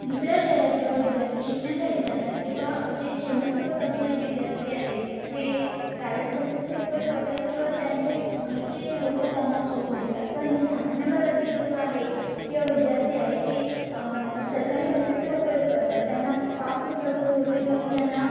दुसऱ्या शहरात जेव्हा विद्यार्थी शिकण्या्साठी जातात तेव्हा जे श्रीमंतवर्गातील विद्यार्थी आहे ते प्रायवेट बसेसचा उपयोग करतात किंवा त्यांचे घरचे लोकं त्यांना सोडून देतात पण जे सामान्य वर्गातील लोकं आहे किंवा विद्यार्थी आहे ते सरकारी बसेसचा उपयोग करतात त्यांना पास उपलब्ध होते म्हणून त्यांना